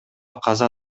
каза